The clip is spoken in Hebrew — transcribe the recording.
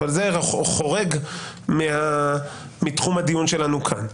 אבל זה חורג מתחום הדיון שלנו כאן.